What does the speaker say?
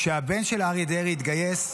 כשהבן של אריה דרעי התגייס,